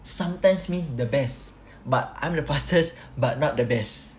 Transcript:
sometimes means the best but I'm the fastest but not the best